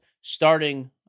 starting